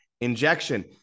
injection